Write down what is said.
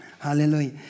Hallelujah